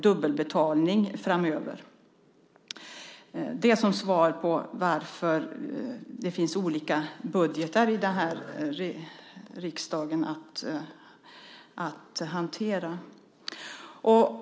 Detta är svaret på varför det finns olika budgetar för riksdagen att hantera.